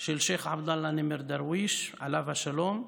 של שייח' עבדאללה נימר דרוויש, עליו השלום,